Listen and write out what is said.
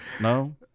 No